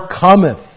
cometh